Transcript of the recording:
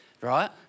right